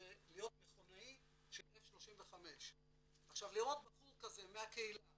כדי להיות מכונאי של F35. לראות בחור כזה מהקהילה